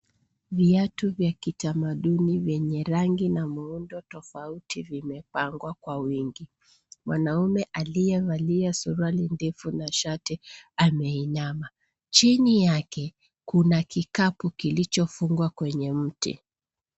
Viatu vya kitamaduni vyenye rangi na muundo tofauti vimepangwa kwa wingi. Mwanaume aliyevalia suruali ndefu na shati ameinama. Chini yake, kuna kikapu kilichofungwa kwenye mti.